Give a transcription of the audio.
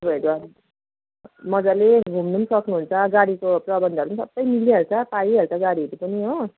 तपाईँहरू मज्जाले घुम्नु पनि सक्नुहुन्छ गाडीको प्रबन्धहरू पनि सबै मिलिहाल्छ पाइहाल्छ गाडीहरू पनि हो